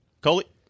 Coley